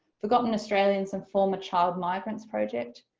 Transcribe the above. forgotten australians and former child migrants project.